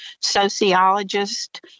sociologist